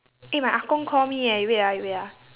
eh my ah gong call me eh you wait ah you wait ah